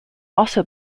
also